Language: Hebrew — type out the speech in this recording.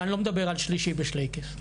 ואני לא מדבר על שלישי בשלייקס.